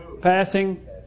passing